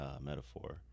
metaphor